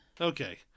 Okay